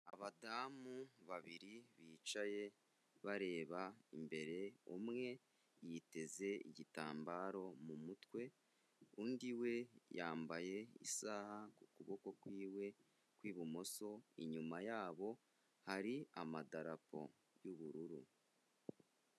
Abadamu babiri bicaye bareba imbere, umwe yiteze igitambaro mu mutwe, undi we yambaye isaha ku kuboko kw'iwe kw'ibumoso, inyuma yabo hari amadarapo y'ubururu.